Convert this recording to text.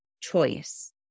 choice